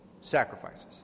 sacrifices